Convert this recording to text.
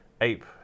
ape